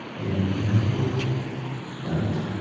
and no light.